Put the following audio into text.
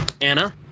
Anna